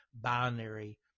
binary